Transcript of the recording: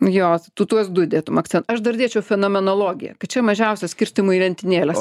jos tu tuos du dėtum akcen aš dar dėčiau fenomenologiją kad čia mažiausios skirstymui į lentynėles